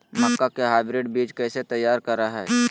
मक्का के हाइब्रिड बीज कैसे तैयार करय हैय?